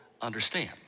understand